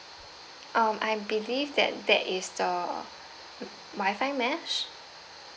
um I believe that that is the Wi-Fi mesh